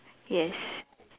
yes